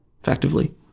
effectively